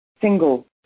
single